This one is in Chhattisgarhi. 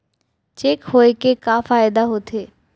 चेक होए के का फाइदा होथे?